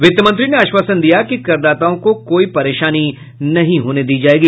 वित्त मंत्री ने आश्वासन दिया कि करदाताओं को कोई परेशानी नहीं होने दी जाएगी